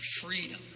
freedom